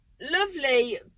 lovely